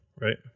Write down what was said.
right